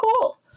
cool